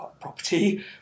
property